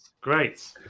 great